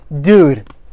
dude